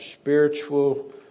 spiritual